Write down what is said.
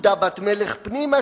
כבודה בת מלך פנימה,